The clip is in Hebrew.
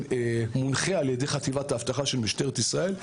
שמונחה על ידי חטיבת האבטחה של משטרת ישראל,